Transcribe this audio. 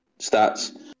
stats